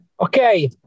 Okay